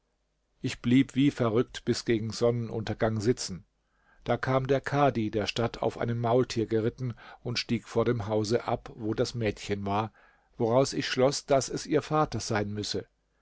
ich blieb wie verrückt bis gegen sonnenuntergang sitzen da kam der kadhi der stadt auf einem maultier geritten und stieg vor dem hause ab wo das mädchen war woraus ich schloß daß es ihr vater sein müsse